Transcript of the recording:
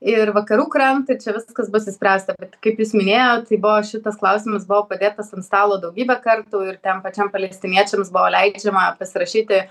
ir vakarų krantą čia viskas bus išspręsta bet kaip jūs minėjot tai buvo šitas klausimas buvo padėtas ant stalo daugybę kartų ir ten pačiam palestiniečiams buvo leidžiama pasirašyti